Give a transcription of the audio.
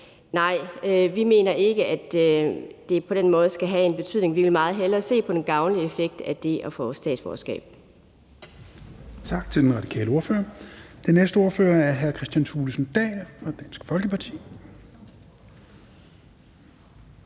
nej, vi mener ikke, at det på den måde skal have en betydning. Vi vil meget hellere se på den gavnlige effekt af det at få statsborgerskab.